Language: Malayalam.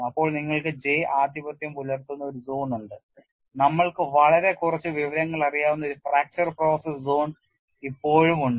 അപ്പോൾ നിങ്ങൾക്ക് J ആധിപത്യം പുലർത്തുന്ന ഒരു സോൺ ഉണ്ട് നമ്മൾക്കു വളരെ കുറച്ച് വിവരങ്ങൾ അറിയാവുന്ന ഒരു ഫ്രാക്ചർ പ്രോസസ് സോൺ ഇപ്പോഴും ഉണ്ട്